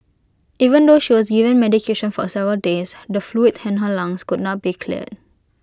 even though she was given medication for several days the fluid in her lungs could not be cleared